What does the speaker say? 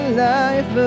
life